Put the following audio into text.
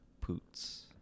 Poots